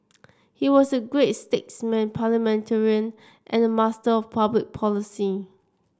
he was a great statesman parliamentarian and a master of public policy